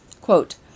Quote